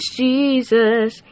jesus